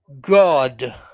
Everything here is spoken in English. God